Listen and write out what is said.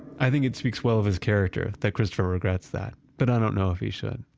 i think it speaks well of his character that christopher regrets that, but i don't know if he should.